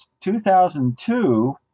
2002